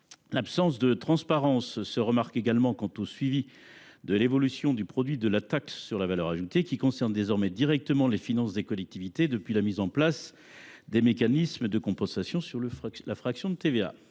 L’absence de transparence se remarque également dans le suivi de l’évolution du produit de la taxe sur la valeur ajoutée, qui concerne désormais directement les finances des collectivités, depuis la mise en place des mécanismes de compensation sur fraction de TVA.